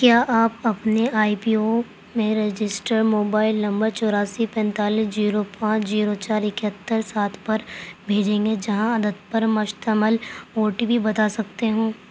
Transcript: کیا آپ اپنے آئی پی او میں رجسٹر موبائل نمبر چوراسی پینتالیس جیرو پانچ جیرو چار اکہتر سات پر بھیجیں گے جہاں عدد پر مشتمل او ٹی پی بتا سکتے ہوں